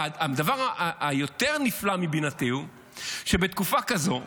הדבר היותר-נפלא מבינתי הוא שבתקופה כזו,